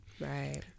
right